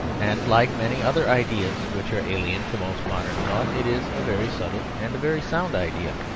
and like many other ideas which are alien to most modern thought, it is a very subtle and a very sound idea.